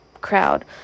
crowd